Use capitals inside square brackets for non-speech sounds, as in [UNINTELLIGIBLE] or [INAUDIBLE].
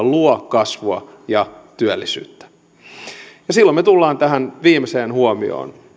[UNINTELLIGIBLE] luo kasvua ja työllisyyttä silloin me tulemme tähän viimeiseen huomioon